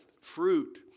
fruit